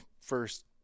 first